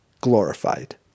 glorified